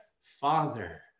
father